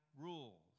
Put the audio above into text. rules